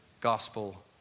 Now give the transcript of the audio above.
gospel